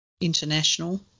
international